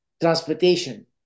transportation